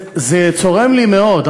זה צורם לי מאוד.